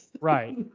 right